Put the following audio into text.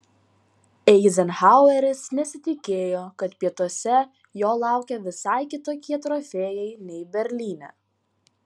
eizenhaueris nesitikėjo kad pietuose jo laukia visai kitokie trofėjai nei berlyne